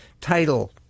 title